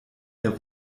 der